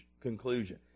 conclusion